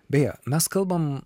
beje mes kalbam